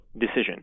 decision